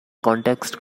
context